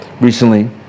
Recently